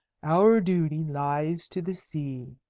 our duty lies to the sea.